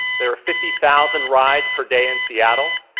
there were fifty thousand rides per day in seattle,